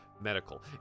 Medical